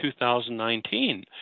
2019